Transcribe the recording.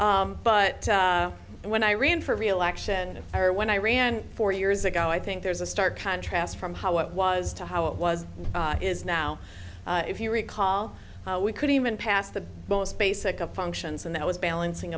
but when i ran for reelection or when i ran four years ago i think there's a stark contrast from how it was to how it was is now if you recall we couldn't even pass the most basic of functions and that was balancing